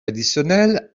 additionnels